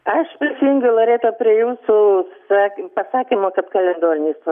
aš prisijungiu loreta prie jūsų pasakymo kad kalendorinis